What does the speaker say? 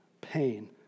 pain